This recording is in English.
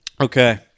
Okay